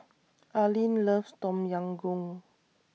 Arlyn loves Tom Yam Goong